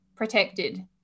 protected